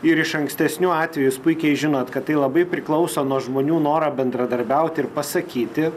ir iš ankstesnių atvejų jūs puikiai žinot kad tai labai priklauso nuo žmonių noro bendradarbiauti ir pasakyti